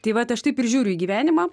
tai vat aš taip ir žiūriu į gyvenimą